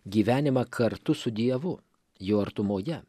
gyvenimą kartu su dievu jo artumoje